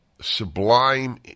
sublime